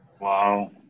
Wow